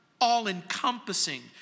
all-encompassing